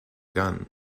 gun